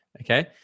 Okay